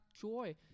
Joy